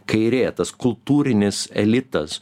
kairė tas kultūrinis elitas